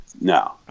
No